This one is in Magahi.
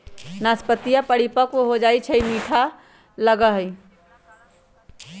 नाशपतीया परिपक्व हो जाये पर मीठा लगा हई